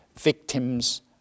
victims